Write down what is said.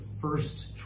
first